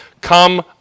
Come